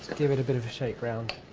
give it a bit of a shake around.